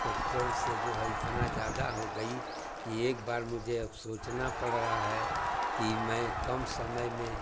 petrol से जो है इतना ज़्यादा हो गई कि एक बार मुझे अब सोचना पड़ रहा है कि मैं कम समय में